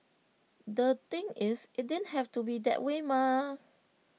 the thing is IT didn't have to be that way mah